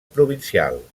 provincial